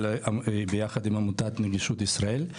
ביחד עם עמותת נגישות ישראל,